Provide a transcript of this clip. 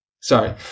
Sorry